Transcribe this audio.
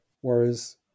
whereas